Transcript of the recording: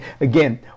Again